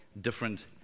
different